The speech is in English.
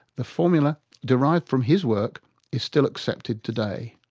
the formula derived from his work is still accepted today.